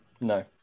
No